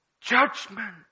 judgment